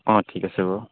অঁ ঠিক আছে বাৰু